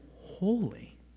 holy